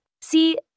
See